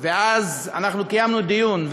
ואז קיימנו דיון,